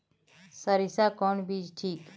सरीसा कौन बीज ठिक?